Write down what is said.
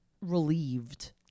relieved